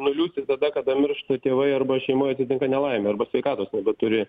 nuliūsti tada kada miršta tėvai arba šeimoj atsitinka nelaimė arba sveikatos nebeturi